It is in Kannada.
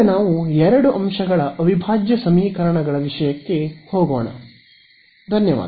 ಈಗ ನಾವು ಎರಡು ಅಂಶಗಳ ಅವಿಭಾಜ್ಯ ಸಮೀಕರಣಗಳ ವಿಷಯಕ್ಕೆ ಹೋಗುತ್ತೇವೆ